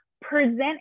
present